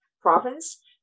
province